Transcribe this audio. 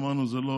אמרנו: זה לא